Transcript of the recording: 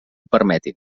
permetin